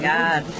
God